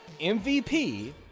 MVP